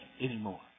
anymore